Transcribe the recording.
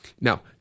Now